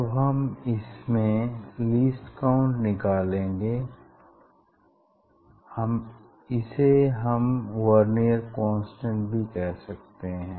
अब हम इसमें लीस्ट काउंट निकालेंगे इसे हम वेर्नियर कांस्टेंट भी कह सकते हैं